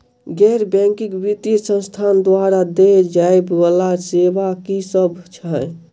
गैर बैंकिंग वित्तीय संस्थान द्वारा देय जाए वला सेवा की सब है?